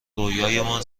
رویاهایمان